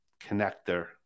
connector